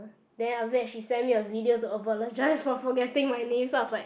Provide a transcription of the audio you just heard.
then after that she send me a video to apologise for forgetting my name so I was like